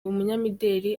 umunyamideli